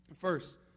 First